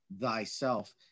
thyself